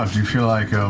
um you feel like,